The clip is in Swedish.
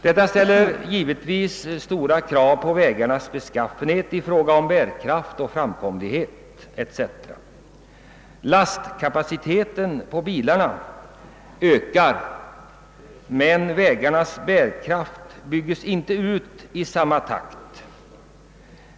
Detta ställer givetvis stora krav på vägarnas beskaffenhet i fråga om bärkraft, framkomlighet etc. Bilarnas lastkapacitet ökar, men vägarnas bärkraft byggs inte ut i samma takt.